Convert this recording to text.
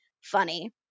funny